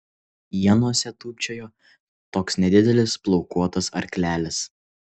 ienose tūpčiojo toks nedidelis plaukuotas arklelis